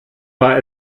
war